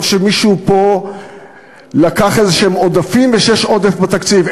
שמישהו פה לקח איזשהם עודפים ושיש עודף בתקציב.